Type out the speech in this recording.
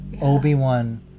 obi-wan